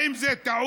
האם זה טעות?